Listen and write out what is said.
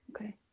Okay